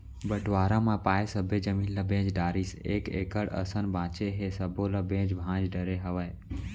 बंटवारा म पाए सब्बे जमीन ल बेच डारिस एक एकड़ असन बांचे हे सब्बो ल बेंच भांज डरे हवय